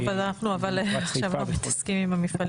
אבל עכשיו אנחנו לא מתעסקים עם המפעלים.